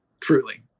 Truly